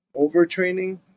Overtraining